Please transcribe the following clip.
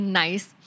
nice